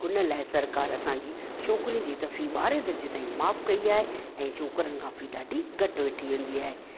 हुन लाइ सरकारि असांजी छोकिरियुनि जी त फ़ी ॿारहें दर्जे ताईं माफ़ु कई आहे ऐं छोकिरनि खां फ़ी ॾाढी घटि वठी वेंदी आहे